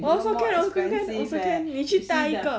also can also can also can 你去大一个